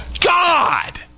God